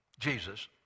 Jesus